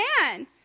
man